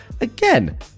Again